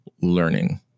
learning